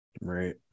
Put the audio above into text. Right